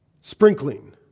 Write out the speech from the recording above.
sprinkling